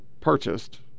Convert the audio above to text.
purchased